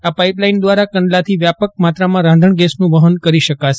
આ પાઈપલાઈન દ્વારા કંડલાથી વ્યાપક માત્રામાં રાંધણગેસનું વહન કરી શકાશે